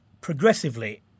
progressively